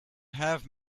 have